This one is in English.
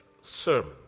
sermon